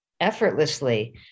effortlessly